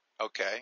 okay